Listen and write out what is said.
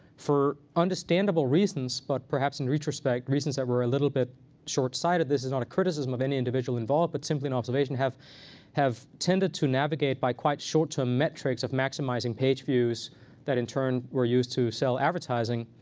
for understandable reasons, but perhaps in retrospect, reasons that were a little bit short-sighted this is not a criticism of any individual involved, but simply an observation have have tended to navigate by quite short-term metrics of maximizing page views that in turn were used to sell advertising.